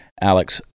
Alex